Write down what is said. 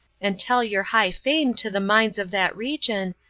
and tell your high fame to the minds of that region,